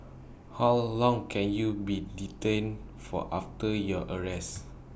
how long can you be detained for after your arrest